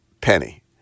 Penny